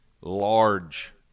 large